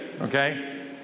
okay